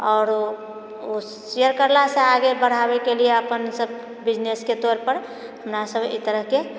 आरो ओ शेयर करलासँ आगे बढ़ाबैके लिऐ अपन सभ बिजनेसके तौर पर हमरा सभ एहि तरहकेँ